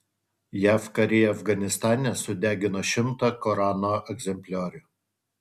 jav kariai afganistane sudegino šimtą korano egzempliorių